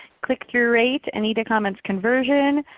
click through rate. anita comments, conversion.